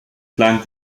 klagen